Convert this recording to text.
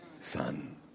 son